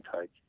take